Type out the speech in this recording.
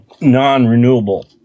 non-renewable